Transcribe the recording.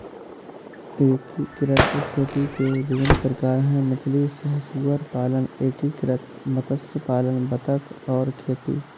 एकीकृत खेती के विभिन्न प्रकार हैं मछली सह सुअर पालन, एकीकृत मत्स्य पालन बतख और खेती